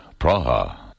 Praha